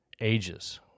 ages